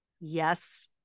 Yes